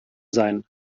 sein